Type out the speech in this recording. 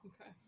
Okay